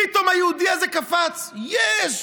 פתאום היהודי הזה קפץ: יש.